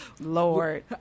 Lord